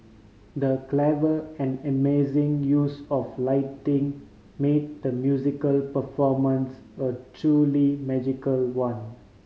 the clever and amazing use of lighting made the musical performance a truly magical one